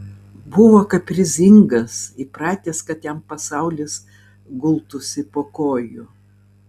buvo kaprizingas įpratęs kad jam pasaulis gultųsi po kojų